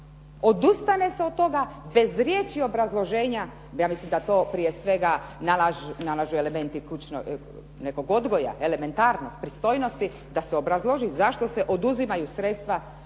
odustane se od toga bez riječi obrazloženja. Ja mislim da to prije svega nalažu elementi kućnog nekog odgoja, elementarnoj pristojnosti da se obrazloži zašto se oduzimaju sredstva